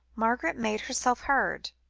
margaret made herself heard,